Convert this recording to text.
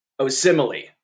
Osimile